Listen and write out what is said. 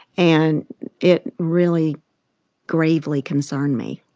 and it really gravely concerned me.